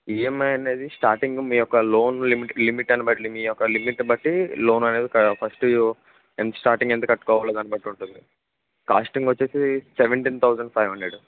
EMI అనేది స్టార్టింగ్లో మీ యొక్క లోన్ లిమిట్ లిమిటన్ బట్టి మీ యొక్క లిమిట్ బట్టి లోన్ అనేది ఫస్ట్ ఎంత స్టార్టింగ్ ఎంత కట్టుకోవాలో దాన్ని బట్టి ఉంటుంది కాస్టింగ్ వచ్చి సెవెంటీన్ థౌజండ్ ఫైవ్ హండ్రెడ్